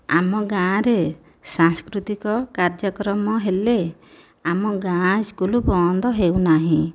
ଆମ ଗାଁରେ ସାଂସ୍କୃତିକ କାର୍ଯ୍ୟକ୍ରମ ହେଲେ ଆମ ଗାଁ ସ୍କୁଲ ବନ୍ଦ ହେଉନାହିଁ